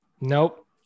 nope